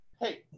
Hey